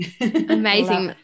Amazing